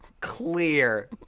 Clear